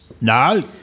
No